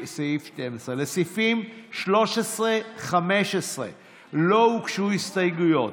1. אנחנו לוקחים אחריות,